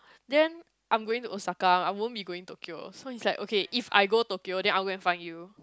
then I'm going to Osaka I won't be going Tokyo so he's like okay if I go Tokyo then I will go and find you